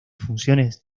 funciones